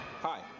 Hi